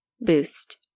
Boost